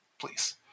please